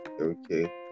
okay